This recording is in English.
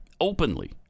openly